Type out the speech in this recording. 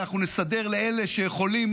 אנחנו נסדר לאלה שיכולים,